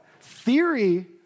Theory